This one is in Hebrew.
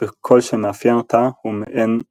וכל שמאפיין אותה הוא מעין "ענני"